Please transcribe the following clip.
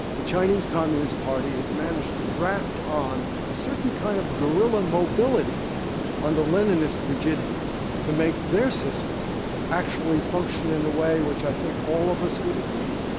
the chinese communist party has managed to graft on a certain kind of guerilla mobility under leninist rigidity to make their system actually function in a way which i think all of us would agree,